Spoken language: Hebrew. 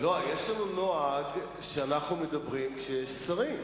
יש לנו נוהג שאנחנו מדברים כשיש שרים.